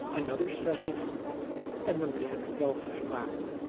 another second and the man fell flat,